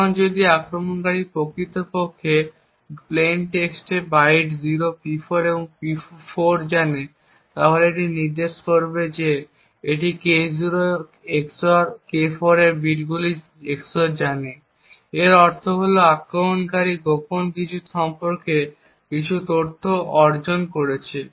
এখন যদি আক্রমণকারী প্রকৃতপক্ষে প্লেইন টেক্সট বাইট P0 এবং P4 জানে তাহলে এটি নির্দেশ করবে যে সে K0 XOR K4 এর কী বিটগুলির XOR জানে। এর অর্থ হল আক্রমণকারী গোপন কী সম্পর্কে কিছু তথ্য অর্জন করেছে